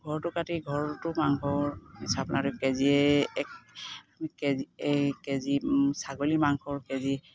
ঘৰটো কাটি ঘৰটো মাংসৰ চাপ্লাইটো কেজি এক কেজি এই কেজি ছাগলী মাংসৰ কেজি